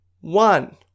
one